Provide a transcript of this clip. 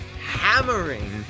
hammering